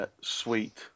sweet